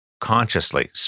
consciously